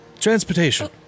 Transportation